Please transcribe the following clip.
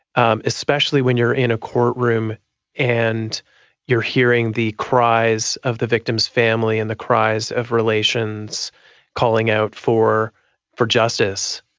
um especially when you're in a court room and you're hearing the cries of the victim's family and the cries of relations calling out for for justice.